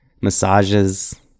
Massages